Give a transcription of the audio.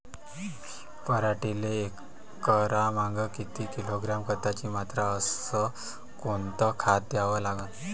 पराटीले एकरामागं किती किलोग्रॅम खताची मात्रा अस कोतं खात द्याव?